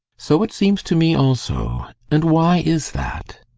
so it seems to me also. and why is that?